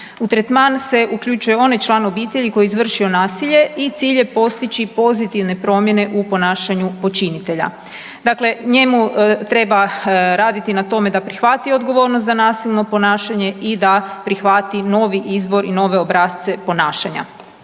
U tretman se uključuje onaj član obitelji koji je izvršio nasilje i cilj je postići pozitivne promjene u ponašanju počinitelja. Dakle, njemu treba raditi na tome da prihvati odgovornost za nasilno ponašanje i da prihvati novi izbor i nove obrasce ponašanja.